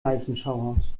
leichenschauhaus